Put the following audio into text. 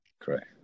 Correct